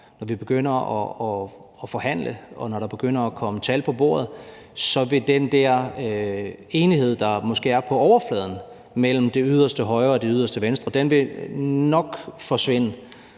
når vi begynder at forhandle og der begynder at komme tal på bordet, at den der enighed, der måske er på overfladen mellem det yderste højre og det yderste venstre, nok vil forsvinde.